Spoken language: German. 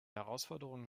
herausforderungen